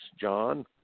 John